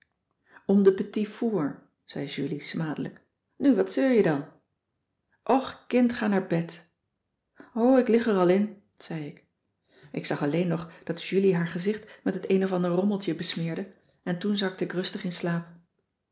om de petit fours zei julie smadelijk nu wat zeur je dan och kind ga naar bed o ik lig er al in zei ik ik zag alleen nog dat julie haar gezicht met het een of ander rommeltje besmeerde en toen zakte ik rustig in slaap